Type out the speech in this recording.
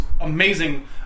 amazing